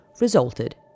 resulted